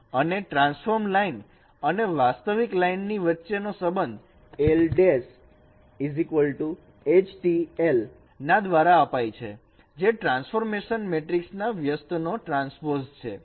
અને transformed line અને વાસ્તવિક લાઈન ની વચ્ચે નો સબંધ l H T l ના દ્વારા અપાય છે જે ટ્રાન્સફોર્મેશન મેટ્રિક્સ ના વ્યસ્ત નો ટ્રાન્સપોઝ છે